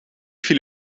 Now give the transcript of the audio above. viel